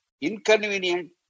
inconvenient